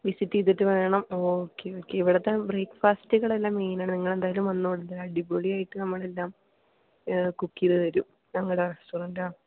visit ചെയ്തിട്ട് വേണം ഓ ഓക്കെ ഓക്കെ ഇവിടുത്തെ ബ്രേക്ഫാസ്റ്റുകളെല്ലാം മെയിൻ ആണ് നിങ്ങൾ എന്തായാലും വന്നോളൂ അടിപൊളിയായിട്ട് നമ്മൾ ഉണ്ടാക്കും കുക്ക് ചെയ്ത് തരും ഞങ്ങളുടെ റസ്റ്റോറൻറ് ആണ്